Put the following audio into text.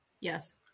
Yes